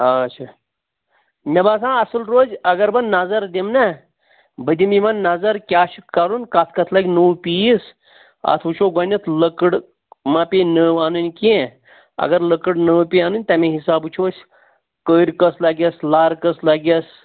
آچھا مےٚ باسان اَصٕل روزِِ اگر بہٕ نظر دِمہٕ نہ بہٕ دِم یِمن نظر کیٛاہ چھُ کَرُن کَتھ کَتھ لَگہِ نوٚو پیٖس اَتھ وُچھو گۄڈنیٚتھ لٔکٕر ما پیَے نٔو اَنٕنۍ کیٚنٛہہ اگر لٔکٕر نٔو پیےَ اَنٕنۍ تَمے حِساب وُچھو أسۍ کٔرۍ کٔژ لَگیٚس لَر کٔژ لَگیٚس